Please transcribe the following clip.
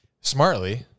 smartly